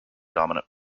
dominant